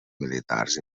militars